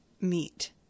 meet